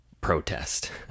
protest